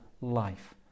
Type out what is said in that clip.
life